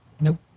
Nope